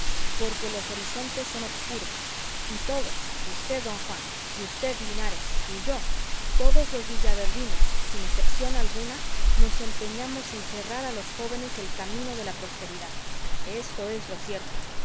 porque los horizontes son obscuros y todos usted don juan y usted linares y yo todos los villaverdinos sin excepción alguna nos empeñamos en cerrar a los jóvenes el camino de la prosperidad esto es lo cierto